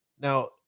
now